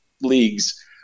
leagues